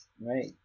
right